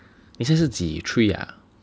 你想在是几 three ah